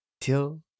till